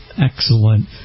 excellent